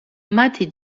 მათი